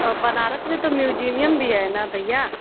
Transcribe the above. अब बनारस में तो म्यूजीमियम भी है ना भैया